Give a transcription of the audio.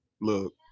look